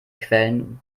quellen